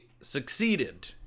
succeeded